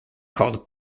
called